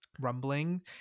rumbling